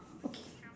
okay